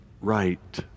right